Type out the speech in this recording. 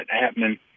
happening